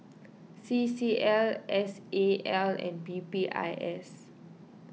C C L S A L and P P I S